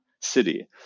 city